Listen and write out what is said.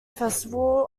festival